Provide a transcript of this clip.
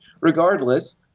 Regardless